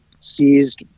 seized